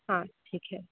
हाँ ठीक है